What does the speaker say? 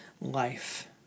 life